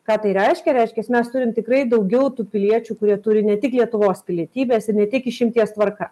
ką tai reiškia reiškias mes turim tikrai daugiau tų piliečių kurie turi ne tik lietuvos pilietybės ir ne tik išimties tvarka